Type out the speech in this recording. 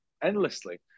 endlessly